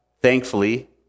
thankfully